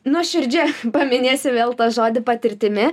nuoširdžia paminėsiu vėl tą žodį patirtimi